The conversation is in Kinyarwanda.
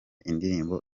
indirimbo